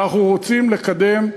אנחנו רוצים לקדם.